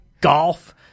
golf